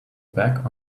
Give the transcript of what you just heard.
back